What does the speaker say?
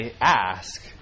ask